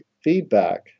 feedback